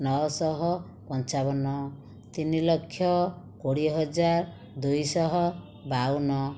ନଅଶହ ପଞ୍ଚାବନ ତିନିଲକ୍ଷ କୋଡ଼ିଏହଜାର ଦୁଇଶହବାବନ